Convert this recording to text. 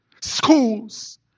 schools